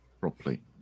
properly